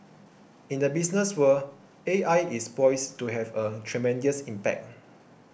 in the business world A I is poised to have a tremendous impact